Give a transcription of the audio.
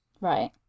Right